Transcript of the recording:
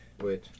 Wait